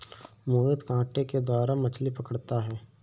मोहित कांटे के द्वारा मछ्ली पकड़ता है